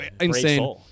Insane